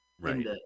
Right